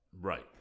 Right